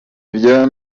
ibyo